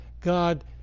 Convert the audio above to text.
God